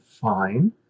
fine